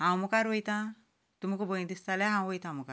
हांव मुखार वयता तुमकां भंय दिसता जाल्यार हांव वयता मुखार